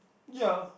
ya